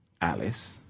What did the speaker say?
Alice